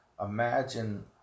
imagine